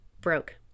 broke